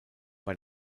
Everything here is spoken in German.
bei